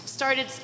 Started